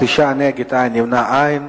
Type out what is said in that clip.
תשעה בעד, אין נגד, אין נמנעים.